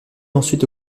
ensuite